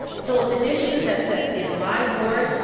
so it's an issue that's ah in my ward.